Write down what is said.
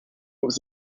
was